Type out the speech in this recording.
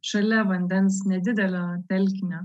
šalia vandens nedidelio telkinio